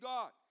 God